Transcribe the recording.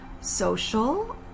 social